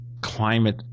climate